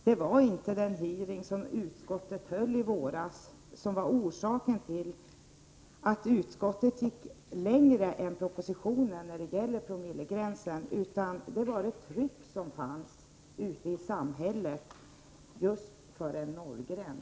Det är inte den hearing som utskottet hade i våras som är orsaken till att utskottet har gått längre än vad regeringen gör isin proposition när det gäller promillegränsen, utan det är trycket ute i samhället just för en nollgräns.